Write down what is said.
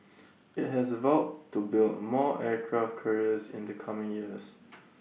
IT has vowed to build more aircraft carriers in the coming years